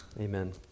Amen